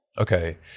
okay